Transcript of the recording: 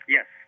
Yes